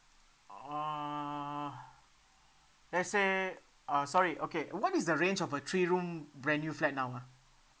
err let's say uh sorry okay what is the range of a three room brand new flat now ah